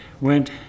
went